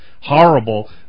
Horrible